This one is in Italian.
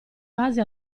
base